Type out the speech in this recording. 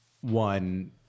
one